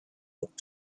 look